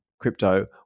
crypto